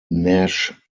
nash